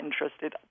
interested